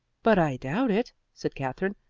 but i doubt it, said katherine.